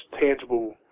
tangible